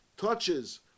touches